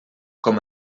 com